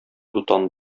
дутан